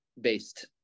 based